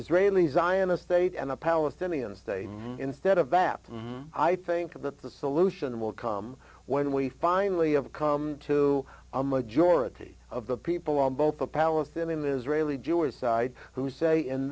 israeli zionist state and a palestinian state instead of that i think that the solution will come when we finally have come to a majority of the people on both the palestinian israeli jewish side who say in